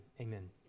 Amen